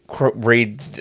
read